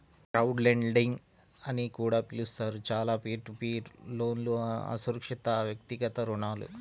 crowdlending అని కూడా పిలుస్తారు, చాలా పీర్ టు పీర్ లోన్లుఅసురక్షితవ్యక్తిగత రుణాలు